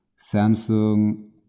Samsung